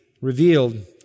revealed